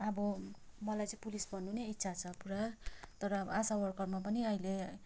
अब मलाई चाहिँ पुलिस बन्नु नै इच्छा छ पुरा तर आशा वर्करमा पनि अहिले